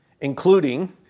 including